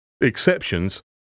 exceptions